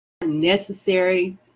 necessary